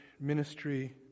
ministry